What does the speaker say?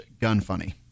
gunfunny